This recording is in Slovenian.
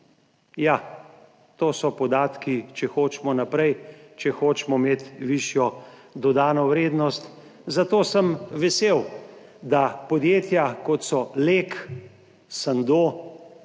Ja, to so podatki, če hočemo naprej, če hočemo imeti višjo dodano vrednost, zato sem vesel, da podjetja, kot so Lek, Sando,